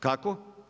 Kako?